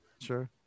Sure